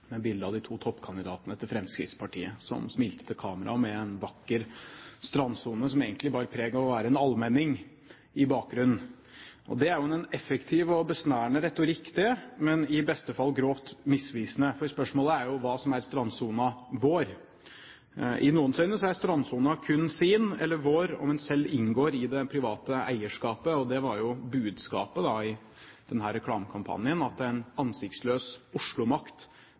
med bilde av de to toppkandidatene til Fremskrittspartiet, som smilte til kamera med en vakker strandsone som egentlig bar preg av å være en allmenning, i bakgrunnen. Det er jo en effektiv og besnærende retorikk, det, men i beste fall grovt misvisende, for spørsmålet er jo hva som er strandsona «vår». I noens øyne er strandsona kun «sin» eller «vår» om en selv inngår i det private eierskapet, og budskapet i denne reklamekampanjen var jo